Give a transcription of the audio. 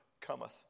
cometh